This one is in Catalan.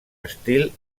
estil